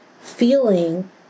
feeling